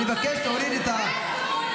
אני מבקש שתורידי את --- אסור.